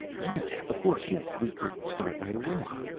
yes. of course, nick. we could start right away.